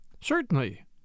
Certainly